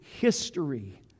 history